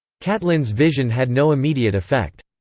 catlin's vision had no immediate effect.